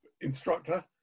instructor